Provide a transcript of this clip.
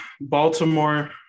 Baltimore